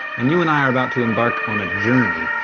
and you and i are about to embark on a journey.